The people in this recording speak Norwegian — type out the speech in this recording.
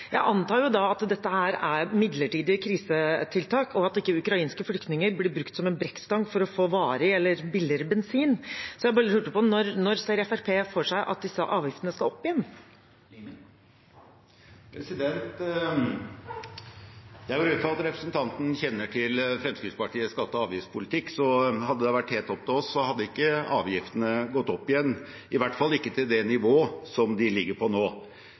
Jeg antar at dette er midlertidige krisetiltak, og at ikke ukrainske flyktninger blir brukt som en brekkstang for å få varig eller billigere bensin. Jeg lurer på: Når ser Fremskrittspartiet for seg at disse avgiftene skal opp igjen? Jeg går ut fra at representanten kjenner til Fremskrittspartiets skatte- og avgiftspolitikk. Hadde det vært helt opp til oss, hadde ikke avgiftene gått opp igjen, i hvert fall ikke til det nivået de ligger på nå.